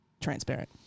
transparent